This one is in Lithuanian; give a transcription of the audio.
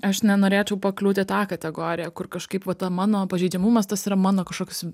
aš nenorėčiau pakliūt į tą kategoriją kur kažkaip vat ta mano pažeidžiamumas tas yra mano kažkoks